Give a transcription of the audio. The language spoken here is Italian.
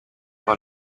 con